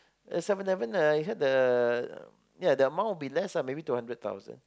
there's Seven-Eleven uh you had the yeah the amount would be less lah maybe two hundred thousand